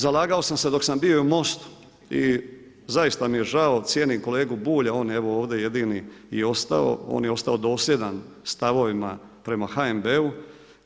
Zalagao sam se dok sam bio i u MOST-u i zaista mi je žao, cijenim kolegu Bulja, on je evo ovdje jedini i ostao, on je ostao dosljedan stavovima prema HNB-u.